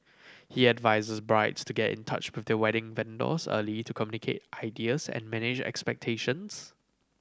he advises brides to get in touch with their wedding vendors early to communicate ideas and manage expectations